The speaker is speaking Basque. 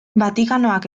vatikanoak